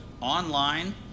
online